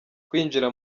kwinjira